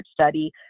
study